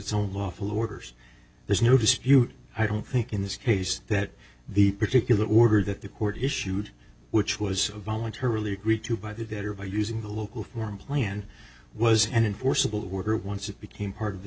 lawful orders there's no dispute i don't think in this case that the particular order that the court issued which was voluntarily agreed to by the debtor by using the local form plan was an enforceable worker once it became part of the